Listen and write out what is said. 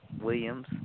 Williams